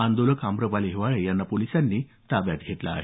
आंदोलक आम्रपाली हिवाळे यांना पोलिसांनी ताब्यात घेतलं आहे